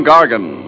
Gargan